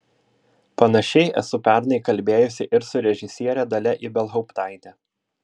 panašiai esu pernai kalbėjusi ir su režisiere dalia ibelhauptaite